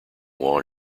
long